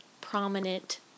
prominent